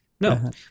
No